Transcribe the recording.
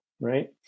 right